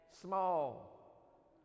small